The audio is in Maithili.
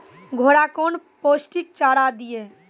घोड़ा कौन पोस्टिक चारा दिए?